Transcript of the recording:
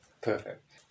Perfect